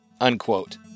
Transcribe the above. unquote